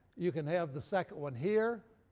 you can have the second one here,